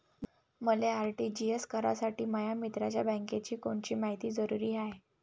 मले आर.टी.जी.एस करासाठी माया मित्राच्या बँकेची कोनची मायती जरुरी हाय?